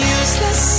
useless